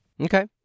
Okay